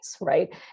right